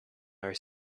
are